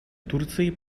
турции